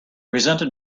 presented